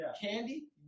candy